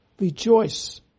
rejoice